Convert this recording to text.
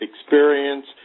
experience